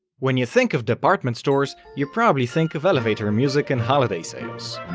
when you think of department stores, you probably think of elevator music and holiday sales.